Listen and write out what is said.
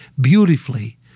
beautifully